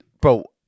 Bro